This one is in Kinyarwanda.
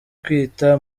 kwita